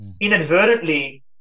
inadvertently